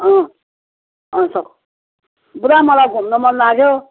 स पुरा मलाई घुम्न मन लाग्यो